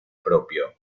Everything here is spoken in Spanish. propio